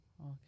Okay